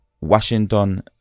Washington